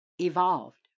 evolved